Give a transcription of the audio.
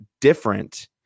different